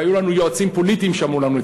והיו לנו יועצים פוליטיים שאמרו לנו את